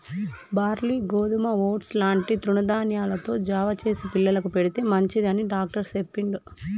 barley గోధుమ oats లాంటి తృణ ధాన్యాలతో జావ చేసి పిల్లలకు పెడితే మంచిది అని డాక్టర్ చెప్పిండు